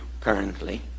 currently